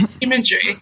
imagery